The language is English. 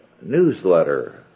newsletter